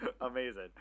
amazing